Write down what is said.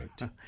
Right